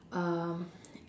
um